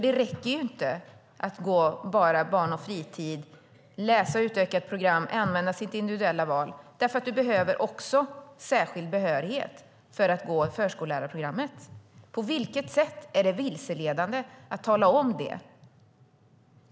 Det räcker ju inte att gå bara barn och fritidsprogrammet, läsa utökat program och använda sitt individuella val, för man behöver också särskild behörighet för att gå förskollärarprogrammet. På vilket sätt är det vilseledande att tala om det?